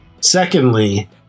Secondly